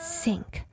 sink